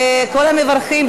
וכל המברכים,